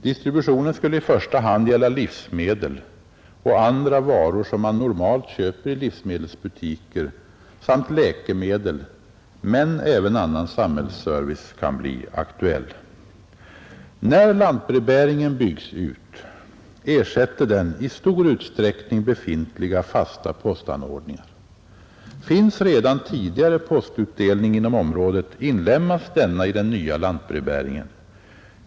Distributionen skulle i första hand gälla livsmedel och andra varor som man normalt köper i livsmedelsbutiker samt läkemedel, men även annan samhällsservice kan bli aktuell. När lantbrevbäringen byggs ut, ersätter den i stor utsträckning befintliga fasta postanordningar. Finns redan tidigare postutdelning inom området inlemmas denna i den nya lantbrevbäringen.